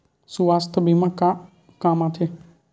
सुवास्थ बीमा का काम आ थे?